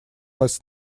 was